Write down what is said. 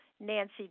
Nancy